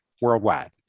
worldwide